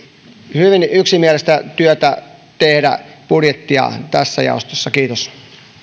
hyvin yksimielistä työtä tehdä budjettia tässä jaostossa kiitos